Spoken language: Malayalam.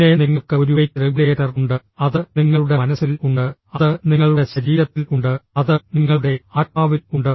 പിന്നെ നിങ്ങൾക്ക് ഒരു വെയ്റ്റ് റെഗുലേറ്റർ ഉണ്ട് അത് നിങ്ങളുടെ മനസ്സിൽ ഉണ്ട് അത് നിങ്ങളുടെ ശരീരത്തിൽ ഉണ്ട് അത് നിങ്ങളുടെ ആത്മാവിൽ ഉണ്ട്